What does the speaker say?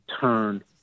turn